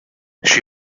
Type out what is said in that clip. she